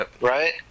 right